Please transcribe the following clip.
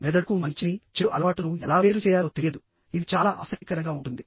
మెదడుకు మంచిని చెడు అలవాటును ఎలా వేరు చేయాలో తెలియదు ఇది చాలా ఆసక్తికరంగా ఉంటుంది